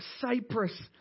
Cyprus